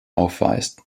aufweist